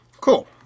Cool